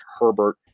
Herbert